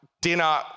dinner